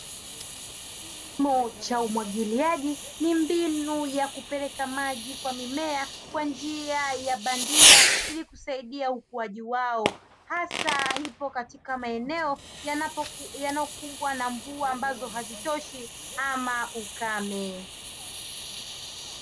Kilimo cha umwagiliaji ni mbinu ya kupeleka maji kwa mimea kwa njia ya bandia kwa ajili ya kusaidia ukuaji wao, hasa ipo katika maeneo yanayokumbwa na mvua ambazo hazitoshi au ukame.